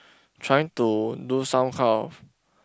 trying to do some kind of